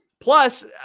Plus